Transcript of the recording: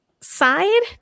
side